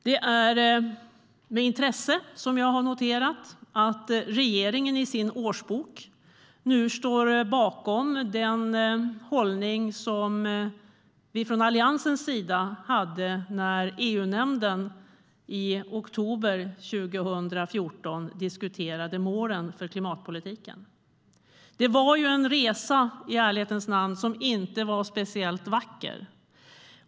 Det är med intresse som jag har noterat att regeringen i sin årsbok nu står bakom den hållning som vi från Alliansens sida hade när EU-nämnden i oktober 2014 diskuterade målen för klimatpolitiken. Det var i ärlighetens namn en resa som inte var speciellt vacker.